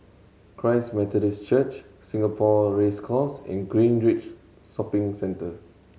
Christ Methodist Church Singapore Race Course and Greenridge Shopping Centre